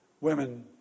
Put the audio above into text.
women